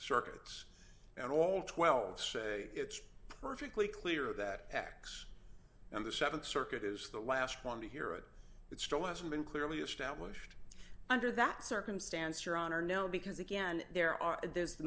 circuits and all twelve say it's perfectly clear that x and the th circuit is the last one to hear it it still hasn't been clearly established under that circumstance your honor no because again there are there's the